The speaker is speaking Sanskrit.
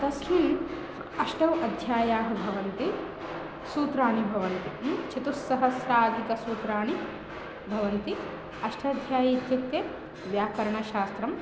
तस्मिन् अष्टाः अध्यायाः भवन्ति सूत्राणि भवन्ति चतुस्सहस्राधिकसूत्राणि भवन्ति अष्टाध्यायी इत्युक्ते व्याकरणशास्त्रम्